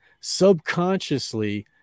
subconsciously